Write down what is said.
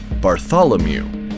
Bartholomew